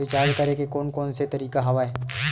Recharge करे के कोन कोन से तरीका हवय?